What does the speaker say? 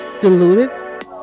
diluted